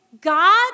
God